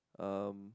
um